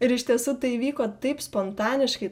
ir iš tiesų tai vyko taip spontaniškai